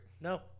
No